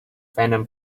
venom